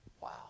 Wow